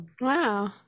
Wow